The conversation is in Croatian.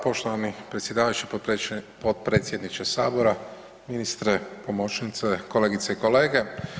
Poštovani predsjedavajući potpredsjedniče Sabora, ministre, pomoćnice, kolegice i kolege.